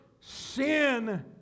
Sin